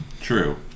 True